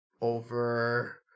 over